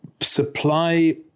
supply